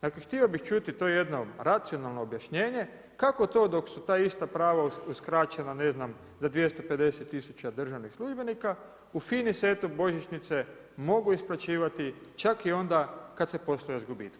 Dakle htio bih čuti to jedno racionalno objašnjenje kako to dok su ta ista prava uskraćena ne znam za 250 tisuća državnih službenika u FINA-i se eto božićnice mogu isplaćivati čak i onda kada se posluje sa gubitkom.